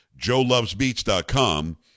joelovesbeats.com